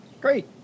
Great